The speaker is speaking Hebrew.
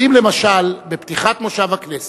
אבל, למשל בפתיחת מושב הכנסת,